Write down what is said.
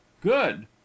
good